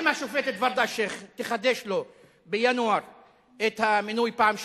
אם השופטת ורדה אלשיך תחדש לו בינואר את המינוי פעם שנייה,